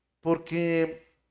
Porque